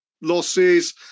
losses